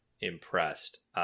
impressed